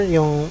Yung